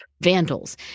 vandals